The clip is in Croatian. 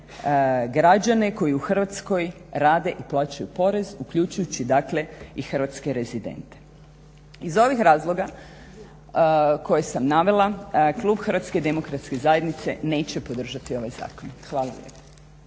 građane koji u Hrvatskoj rade i plaćaju porez, uključujući dakle i hrvatske rezidente. Iz ovih razloga koje sam navela klub HDZ-a neće podržati ovaj zakon. Hvala